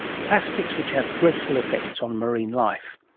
plastics which have dreadful effects on marine life.